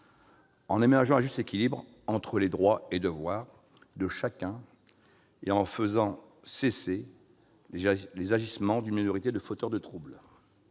en aménageant un juste équilibre entre les droits et devoirs de chacun et en faisant cesser les agissements d'une minorité de fauteurs de troubles.